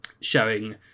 showing